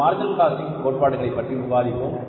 இந்த marginal costing கோட்பாடுகள் பற்றி விவாதித்தோம்